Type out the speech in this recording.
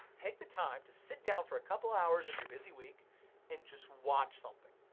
take the time to sit down for a couple of hours of your busy week and just watch something